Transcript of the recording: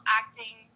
acting